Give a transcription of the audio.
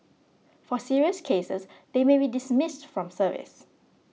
for serious cases they may be dismissed from service